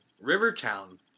Rivertown